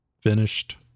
finished